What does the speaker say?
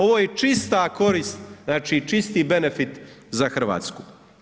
Ovo je čista korist, znači čisti benefit za Hrvatsku.